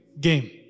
game